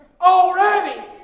already